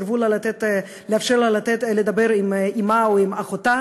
סירבו לאפשר לה לדבר עם אמה או עם אחותה.